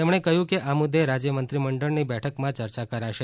તેમણે કહ્યું કે આ મુદ્દે રાજ્ય મંત્રીમંડળની બેઠકમાં ચર્ચા કરાશે